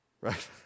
right